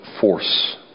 force